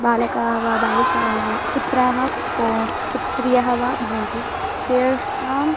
बालकाः वा बालिकाः वा पुत्राः पौ पुत्र्यःवा भवन्ति तेषाम्